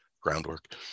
groundwork